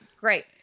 great